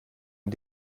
ein